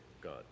God